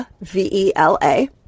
V-E-L-A